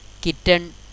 kitten